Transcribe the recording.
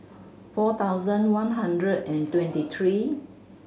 four thousand one hundred and twenty three